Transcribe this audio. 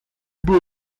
było